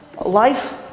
Life